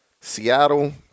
Seattle